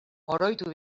oroitu